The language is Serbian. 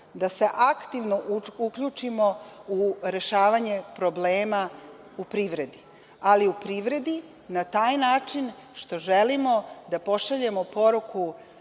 da se aktivno uključimo u rešavanje problema u privredi, ali u privredi na taj način što želimo da pošaljemo poruku